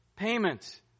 payment